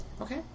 okay